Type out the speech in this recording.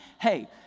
hey